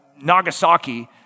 Nagasaki